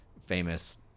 famous